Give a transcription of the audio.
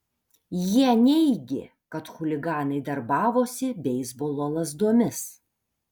jie neigė kad chuliganai darbavosi beisbolo lazdomis